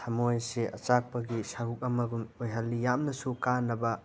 ꯊꯃꯣꯏꯁꯤ ꯑꯆꯥꯛꯄꯒꯤ ꯁꯔꯨꯛ ꯑꯃꯒꯨꯝ ꯑꯣꯏꯍꯜꯂꯤ ꯌꯥꯝꯅꯁꯨ ꯀꯥꯅꯕ